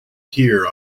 here